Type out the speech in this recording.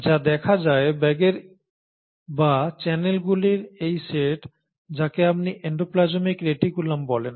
যা দেখা যায় ব্যাগের বা চ্যানেলগুলির এই সেট যাকে আপনি এন্ডোপ্লাজমিক রেটিকুলাম বলেন